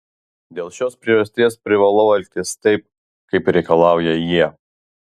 dėl šios priežasties privalau elgtis taip kaip reikalauja jie